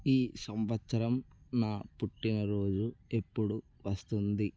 ఈ సంవత్సరం నా పుట్టినరోజు ఎప్పుడు వస్తుంది